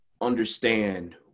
understand